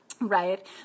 right